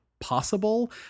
possible